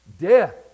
Death